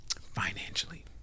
financially